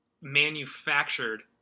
manufactured